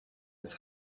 his